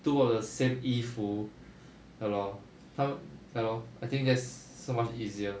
two of the same 衣服 ya lor ya lor I think that's so much easier